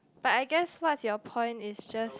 but I guess what's your point is just